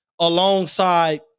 alongside